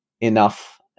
enough